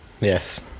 Yes